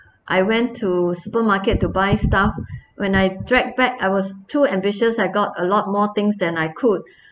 I went to supermarket to buy stuff when I dragged back I was too ambitious I got a lot more things than I could